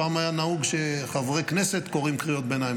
פעם היה נהוג שחברי הכנסת קוראים קריאות ביניים.